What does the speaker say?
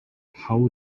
how